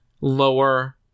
lower